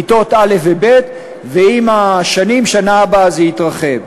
כיתות א' וב', ועם השנים, בשנה הבאה זה יתרחב.